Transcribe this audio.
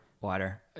Water